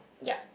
yup